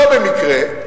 לא במקרה,